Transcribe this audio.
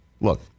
Look